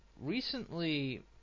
recently